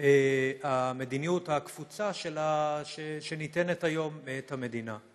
המדיניות הקפוצה שניתנת היום מאת המדינה.